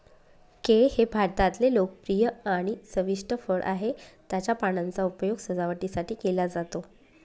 केळ हे भारतातले लोकप्रिय आणि चविष्ट फळ आहे, त्याच्या पानांचा उपयोग सजावटीसाठी केला जातो